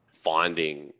finding